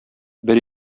бер